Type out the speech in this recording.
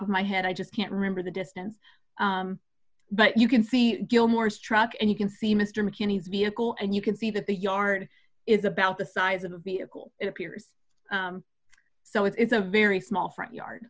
of my head i just can't remember the distance but you can see gilmore struck and you can see mr mckinney's vehicle and you can see that the yard is about the size of a vehicle it appears so it's a very small front yard